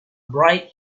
bright